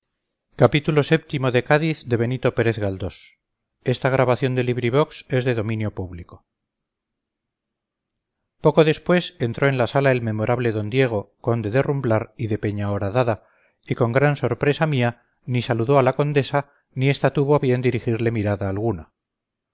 la conmueven hondamente de súbito y cuando menos se espera arribaabajo vii poco después entró en la sala el memorable d diego conde de rumblar y de peña horadada y con gran sorpresa mía ni saludó a la condesa ni esta tuvo a bien dirigirle mirada alguna